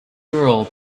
girl